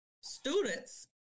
students